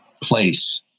place